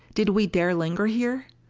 did we dare linger here?